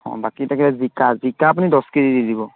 অঁ বাকী তাকে জিকা জিকা আপুনি দহ কেজি দি দিব